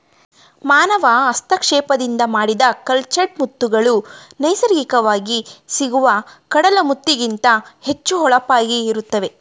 ಮಾನವ ಹಸ್ತಕ್ಷೇಪದಿಂದ ಮಾಡಿದ ಕಲ್ಚರ್ಡ್ ಮುತ್ತುಗಳು ನೈಸರ್ಗಿಕವಾಗಿ ಸಿಗುವ ಕಡಲ ಮುತ್ತಿಗಿಂತ ಹೆಚ್ಚು ಹೊಳಪಾಗಿ ಇರುತ್ತವೆ